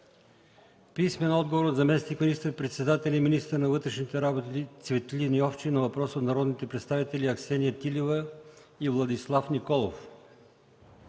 Пламен Йорданов; - заместник министър-председателя и министър на вътрешните работи Цветлин Йовчев на въпрос от народните представители Аксения Тилева и Владислав Николов;